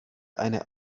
eine